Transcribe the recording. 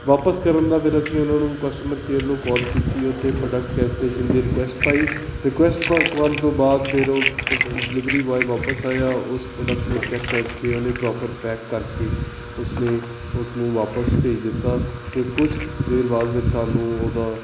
ਵਾਪਸ ਕਰਨ ਦਾ ਫਿਰ ਅਸੀਂ ਉਹਨਾਂ ਨੂੰ ਕਸਟਮਰ ਕੇਅਰ ਨੂੰ ਕੋਲ ਕੀਤੀ ਉੱਥੇ ਪ੍ਰੋਡਕਟ ਕੈਸਲੇਸ਼ਨ ਦੀ ਰਿਕੁਐਸਟ ਪਾਈ ਰਿਕੁਐਸਟ ਪਾ ਕਰਨ ਤੋਂ ਬਾਅਦ ਫਿਰ ਉਹ ਡ ਡਿਲੀਵਰੀ ਬੋਆਏ ਵਾਪਸ ਆਇਆ ਉਸ ਪ੍ਰੋਡਕਟ ਨੂੰ ਚੈੱਕ ਕਰਕੇ ਉਹਨੇ ਪ੍ਰੋਪਰ ਪੈਕ ਕਰਕੇ ਉਸਨੇ ਉਸਨੂੰ ਵਾਪਸ ਭੇਜ ਦਿੱਤਾ ਅਤੇ ਕੁਛ ਦੇਰ ਬਾਅਦ ਫਿਰ ਸਾਨੂੰ ਉਹਦਾ